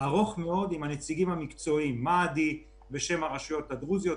ארוך מאוד עם הנציגים המקצועיים מהדי בשם הרשויות הדרוזיות,